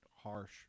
harsh